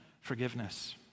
forgiveness